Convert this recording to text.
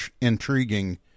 intriguing